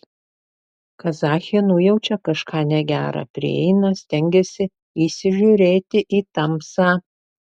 kazachė nujaučia kažką negera prieina stengiasi įsižiūrėti į tamsą